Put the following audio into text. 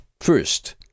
First